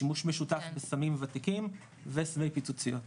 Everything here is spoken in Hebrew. שימוש משותף בסמים וותיקים וסמי פיצוציות.